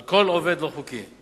על כל עובד לא-חוקי,